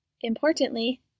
Importantly